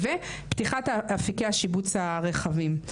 וכמובן פתיחת אפיקי השיבוץ הרחבים,